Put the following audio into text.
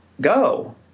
go